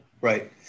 Right